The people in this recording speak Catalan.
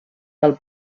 del